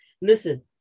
Listen